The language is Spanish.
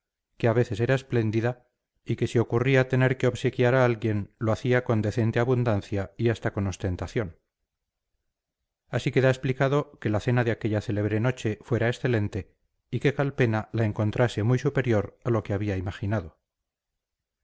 que a veces era espléndida y que si ocurría tener que obsequiar a alguien lo hacía con decente abundancia y hasta con ostentación así queda explicado que la cena de aquella célebre noche fuera excelente y que calpena la encontrase muy superior a lo que había imaginado